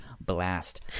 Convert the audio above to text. blast